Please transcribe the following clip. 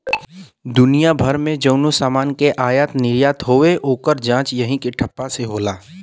दुनिया भर मे जउनो समान के आयात निर्याट होत हौ, ओकर जांच यही के ठप्पा से होला